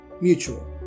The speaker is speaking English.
mutual